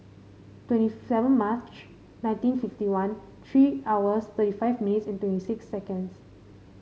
twenty seven March nineteen fifty one three hours thirty five minutes and twenty six seconds